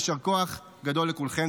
יישר כוח גדול לכולכם.